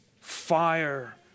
fire